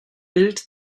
bild